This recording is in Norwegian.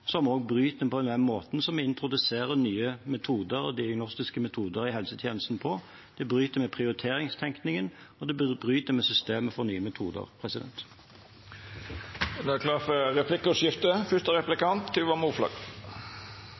og det bryter med den måten vi introduserer nye metoder og diagnostiske metoder i helsetjenesten på. Det bryter med prioriteringstenkningen, og det bryter med systemet for nye metoder. Det vert replikkordskifte. Først og fremst vil jeg takke helseministeren og departementet for